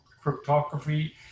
cryptography